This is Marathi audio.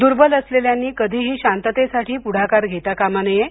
दुर्बल असलेल्यांनी कधीही शांततेसाठी पुढाकार घेता कामा नये